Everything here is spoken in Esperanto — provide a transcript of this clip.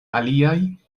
aliaj